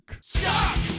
Stop